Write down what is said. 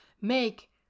make